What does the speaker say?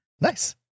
Nice